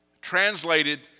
translated